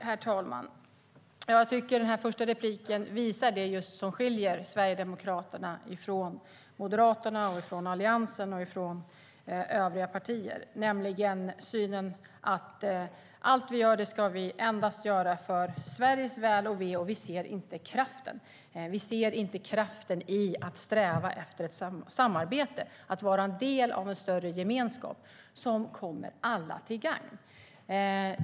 Herr talman! Jag tycker att denna första replik visar just vad det är som skiljer Sverigedemokraterna från Moderaterna, Alliansen och övriga partier, nämligen synen att allt vi gör ska vi göra endast för Sveriges väl och ve och inte se kraften i att sträva efter samarbete och att vara en del av en större gemenskap som kommer alla till gagn.